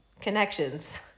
connections